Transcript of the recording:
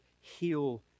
heal